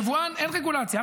ליבואן אין רגולציה,